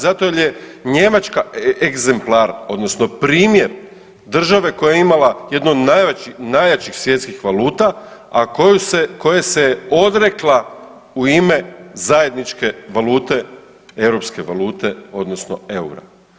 Zato jer je Njemačka egzemplar, odnosno primjer države koja je imala jednu od najjačih svjetskih valuta a koje se odrekla u ime zajedničke valute, europske valute odnosno eura.